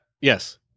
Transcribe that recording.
Yes